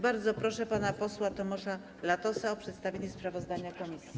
Bardzo proszę pana posła Tomasza Latosa o przedstawienie sprawozdania komisji.